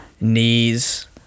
knees